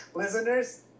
Listeners